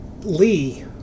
Lee